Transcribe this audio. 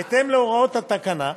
בהתאם להוראות התקנה,